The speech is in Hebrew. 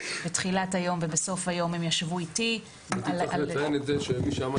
בתחילת ובסוף כל יום הם ישבו איתי על --- אני רוצה לציין שמי שעמד